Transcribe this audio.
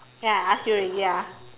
then I ask you already ah